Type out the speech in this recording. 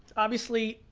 obviously,